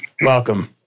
welcome